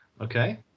Okay